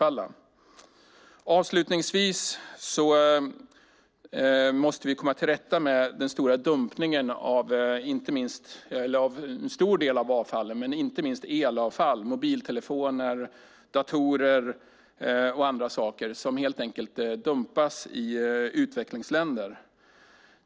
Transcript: Avslutningsvis måste vi komma till rätta med den stora dumpningen av en stor del av avfallet, men inte minst elavfall - mobiltelefoner, datorer och andra saker - som helt enkelt dumpas i utvecklingsländer.